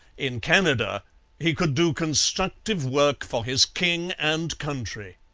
in canada he could do constructive work for his king and country.